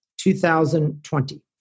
2020